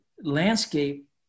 landscape